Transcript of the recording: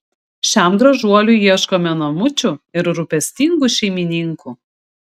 šiam gražuoliui ieškome namučių ir rūpestingų šeimininkų